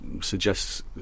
suggests